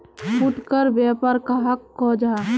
फुटकर व्यापार कहाक को जाहा?